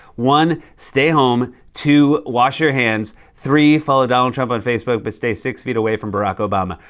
one, stay home. two, wash your hands. three, follow donald trump on facebook, but stay six feet away from barack obama.